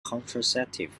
contraceptive